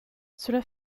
cela